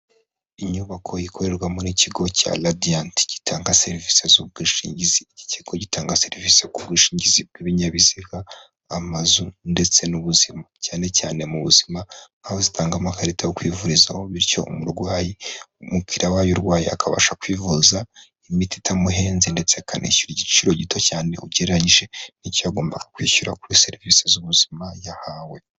Inyubako ikorerwamo n'ikigo cya radiyanti gitanga serivisi z'ubwishingizi. Iki kigo gitanga serivisi ku bwishingizi bw'ibinyabiziga, amazu ndetse n'ubuzima, cyane cyane mu buzima, aho zitanga amakarita yo kwivurizaho bityo umurwayi, umukiriya wayo urwaye akabasha kwivuza imiti itamuhenze ndetse akanishyura igiciro gito cyane ugereranyije n'icyo yagombaga kwishyura kuri serivisi z'ubuzima yahawe.